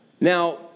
Now